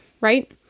right